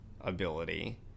ability